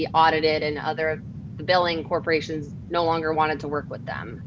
be audited and other of the billing corporations no longer wanted to work with them